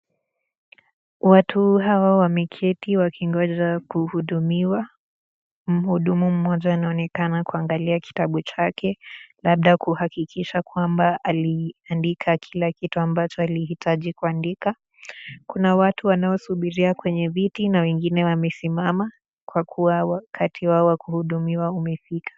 Watu hawa wameketi wakingoja kuhudumiwa. Mhudumu mmoja anaonekana kuangalia kitabu chake, labda kuhakikisha kwamba aliandika kila kitu ambacho alihitaji kuandika. Kuna watu wanaosubiria kwenye kiti na wengine wamesimama kwa kuwa wakati wao wa kuhudumiwa umefika.